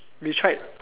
we tried